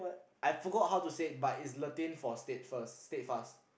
I forgot how to say it but it's Latin for steadfast steadfast